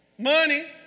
Money